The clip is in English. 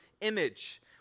image